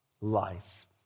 life